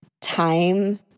time